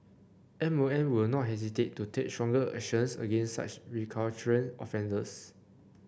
M O M will not hesitate to take stronger actions against such recalcitrant offenders